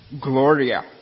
gloria